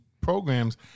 programs